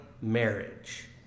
marriage